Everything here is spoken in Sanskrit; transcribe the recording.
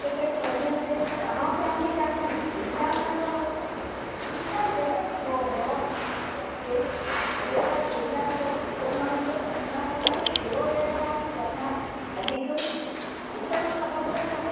ये केपि लभ्यन्ते तु अहमपि अन्विषामि चिन्तां न करोतु चिन्तां त्यजतु भोः तस्यै तदेव चिन्तां कुर्मः कुर्मः चेत् अस्माकमेव शिरोेवेदनामेव जातः अधिकं चिन्तनं न कर्तव्यं